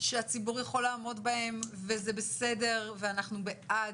שהציבור יכול לעמוד בהן וזה בסדר ואנחנו בעד,